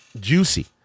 Juicy